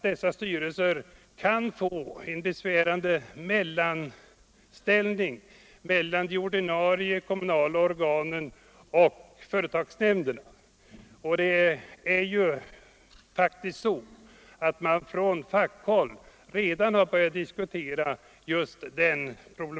Dessa styrelser kan vidare få en besvärlig mellanställning mellan de ordinarie kommunala organen och företagsnämnderna. Det är en problematik som man på fackhåll redan har börjat diskutera.